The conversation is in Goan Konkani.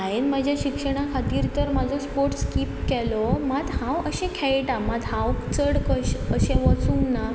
हांवें म्हाज्या शिक्षणा खातीर तर म्हाजो स्पोर्ट्स स्कीप केलो मात हांव अशें खेळटा मात हांव चड कशें अशें वचूंक ना